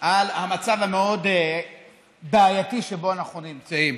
על המצב-המאוד בעייתי שבו אנחנו נמצאים,